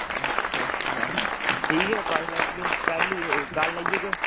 अच्छा अच्छा ठीक ऐ पाई लैगे कैल्लू कल आई जाह्गे